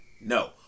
No